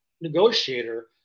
negotiator